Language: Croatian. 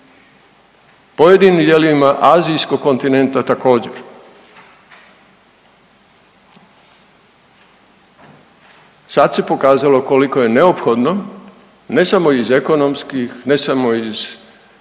pojedinim dijelovima azijskog kontinenta također. Sad se pokazalo koliko je neophodno ne samo iz ekonomskih, ne samo iz